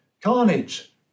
Carnage